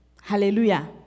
hallelujah